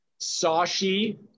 Sashi